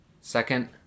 Second